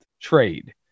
trade